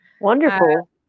Wonderful